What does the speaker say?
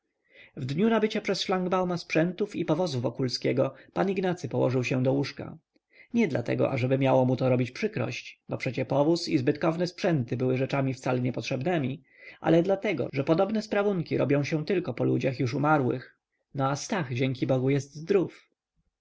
w dniu nabycia przez szlangbauma sprzętów i powozu wokulskiego pan ignacy położył się do łóżka nie dlatego ażeby miało mu to robić przykrość bo przecie powóz i zbytkowne sprzęty były rzeczami wcale niepotrzebnemi ale dlatego że podobne sprawunki robią się tylko po ludziach już umarłych no a stach dzięki bogu jest zdrów